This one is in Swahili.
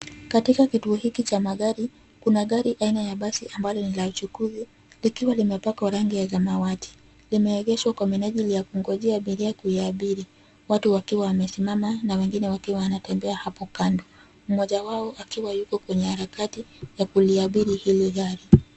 Katika kituo hiki cha magari, kuna gari aina ya basi ambalo ni la uchukuzi likiwa limepakwa rangi ya samawati. Limeegeshwa kwa minajili ya kungojea abiria kuiabiri watu wakiwa wamesimama na wengine wakiwa wanatembea hapo kando. Moja wao akiwa yuko kwenye harakati ya kuliabiri hili gari.